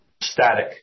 static